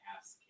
ask